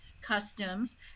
customs